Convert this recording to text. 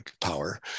power